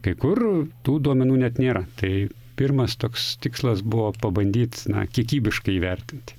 kai kur tų duomenų net nėra tai pirmas toks tikslas buvo pabandyt kiekybiškai įvertinti